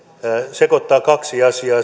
sekoittaa kaksi asiaa